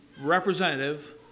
representative